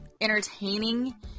entertaining